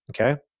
Okay